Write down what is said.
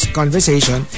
conversation